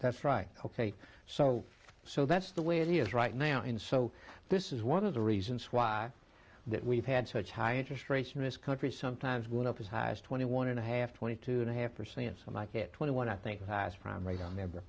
that's right ok so so that's the way it is right now in so this is one of the reasons why that we've had such high interest rates mis country sometimes going up as high as twenty one and a half twenty two and a half percent some like it twenty one i think the past prime rate on